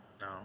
No